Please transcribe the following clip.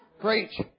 preach